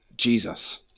Jesus